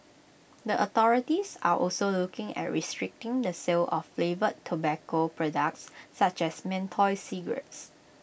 the authorities are also looking at restricting the sale of flavoured tobacco products such as menthol cigarettes